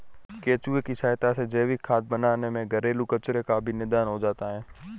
केंचुए की सहायता से जैविक खाद बनाने में घरेलू कचरो का भी निदान हो जाता है